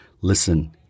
listen